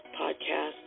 podcast